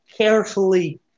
Carefully